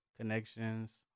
connections